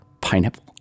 Pineapple